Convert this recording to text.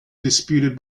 disputed